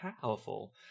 powerful